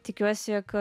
tikiuosi jog